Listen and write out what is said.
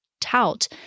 tout